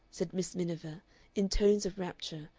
said miss miniver in tones of rapture,